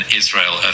israel